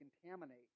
contaminate